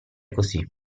così